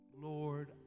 Lord